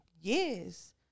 yes